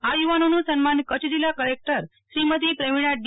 આ યુવાનોનું સન્માન કચ્છ જિલ્લા કલેકટર શ્રીમતિ પ્રવિણા ડી